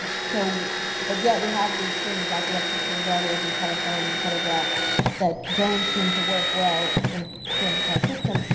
so but yet we have these things like electricity, and railroads, and telephone, and telegraph that don't seem to work well in a free enterprise system.